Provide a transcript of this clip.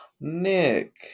Nick